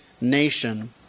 nation